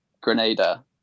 grenada